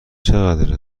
چقدر